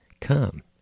come